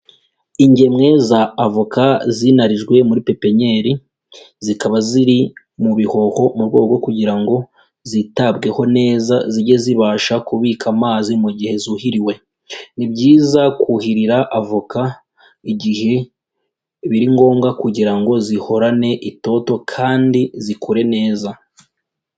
Ingemwe za avoka zinarijwe muri pepenyeri, zikaba ziri mu bihoho mu bwego kugira ngo zitabweho neza, zijye zibasha kubika amazi mu gihe zuhiriwe. Ni byiza kuhirira avoka igihe biri ngombwa kugira ngo zihorane itoto kandi zikure neza.